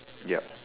yep